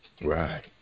Right